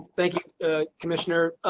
thank you commissioner.